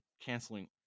canceling